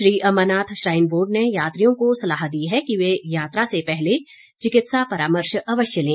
Shri Amarnath shrine board ने यात्रियों को सलाह दी है कि वे यात्रा से पहले चिकित्सा परामर्श अवश्य लें